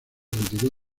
retiró